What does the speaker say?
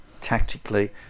tactically